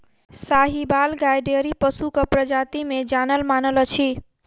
साहिबाल गाय डेयरी पशुक प्रजाति मे जानल मानल अछि